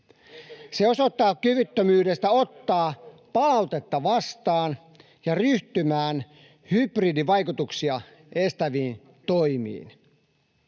Se osoittaa kyvyttömyyttä ottaa palautetta vastaan ja ryhtymään hybridivaikutuksia estäviin toimiin.